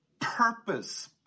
purpose